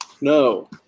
No